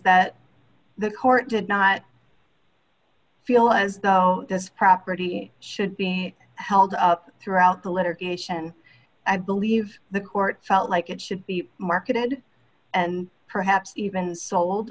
that the court did not feel as though this property should be held up throughout the litigation i believe the court felt like it should be marketed and perhaps even sold